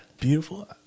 Beautiful